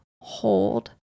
hold